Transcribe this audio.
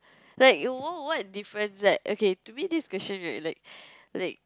like what what difference like okay to me this question right like like